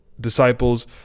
disciples